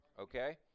okay